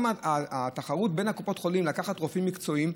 גם התחרות בין קופות החולים לקחת רופאים מקצועיים,